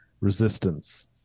resistance